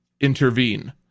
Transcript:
intervene